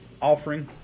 offering